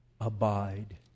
abide